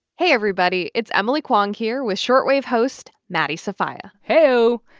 hey, everybody. it's emily kwong here with short wave host maddie sofia heyo.